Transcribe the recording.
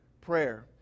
prayer